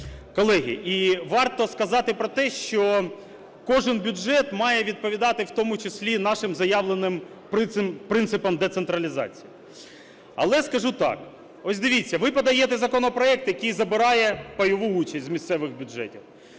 Колеги, і варто сказати про те, що кожен бюджет має відповідати в тому числі нашим заявленим принципам децентралізації. Але скажу так. Ось дивіться, ви подаєте законопроект, який забирає пайову участь з місцевих бюджетів.